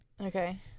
Okay